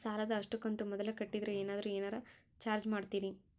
ಸಾಲದ ಅಷ್ಟು ಕಂತು ಮೊದಲ ಕಟ್ಟಿದ್ರ ಏನಾದರೂ ಏನರ ಚಾರ್ಜ್ ಮಾಡುತ್ತೇರಿ?